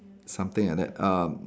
something at that um